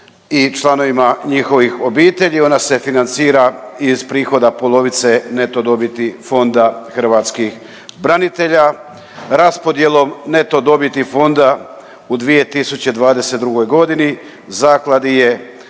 i članovima njihovih obitelji, ona se financira iz prihoda polovice neto dobiti Fonda hrvatskih branitelja. Raspodjelom neto dobiti fonda u 2022. godini zakladi je